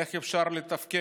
איך אפשר לתפקד?